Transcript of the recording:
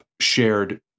shared